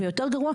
ויותר גרוע,